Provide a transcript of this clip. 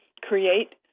create